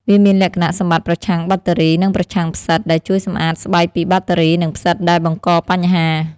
វាមានលក្ខណៈសម្បត្តិប្រឆាំងបាក់តេរី និងប្រឆាំងផ្សិត ដែលជួយសម្អាតស្បែកពីបាក់តេរី និងផ្សិតដែលបង្កបញ្ហា។